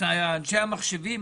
אנשי המחשבים,